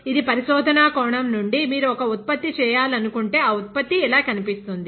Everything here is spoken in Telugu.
ఇది పరిశోధనా కోణం నుండి మీరు ఒక ఉత్పత్తి చేయాలనుకుంటే ఆ ఉత్పత్తి ఇలా కనిపిస్తుంది